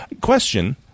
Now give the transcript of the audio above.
question